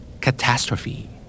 Catastrophe